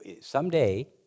Someday